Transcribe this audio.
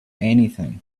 anything